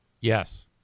Yes